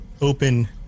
open